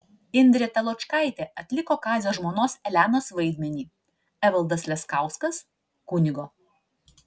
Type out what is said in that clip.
indrė taločkaitė atliko kazio žmonos elenos vaidmenį evaldas leskauskas kunigo